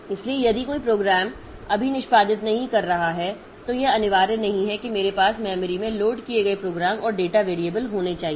इसलिए यदि कोई प्रोग्राम अभी निष्पादित नहीं कर रहा है तो यह अनिवार्य नहीं है कि मेरे पास मेमोरी में लोड किए गए प्रोग्राम और डेटा वैरिएबल होने चाहिए